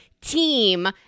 team